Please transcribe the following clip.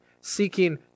seeking